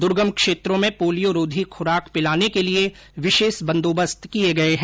दुर्गम क्षेत्रों में पोलियोरोधी खुराक पिलाने के लिये विशेष बंदोबस्त किये गये है